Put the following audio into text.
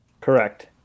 Correct